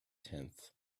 tenth